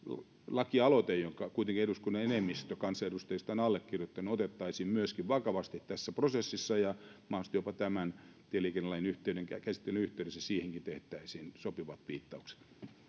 lakialoite jonka kuitenkin eduskunnan enemmistö kansanedustajista on allekirjoittanut otettaisiin myöskin vakavasti tässä prosessissa ja mahdollisesti jopa tämän tieliikennelain käsittelyn yhteydessä siihenkin tehtäisiin sopivat viittaukset